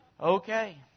Okay